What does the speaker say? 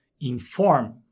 inform